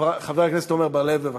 חבר הכנסת עמר בר-לב, בבקשה.